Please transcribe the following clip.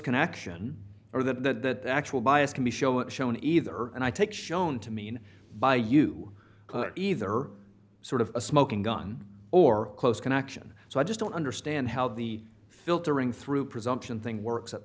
connection or that actual bias can be shown either and i take shown to mean by you either sort of a smoking gun or a close connection so i just don't understand how the filtering through presumption thing works at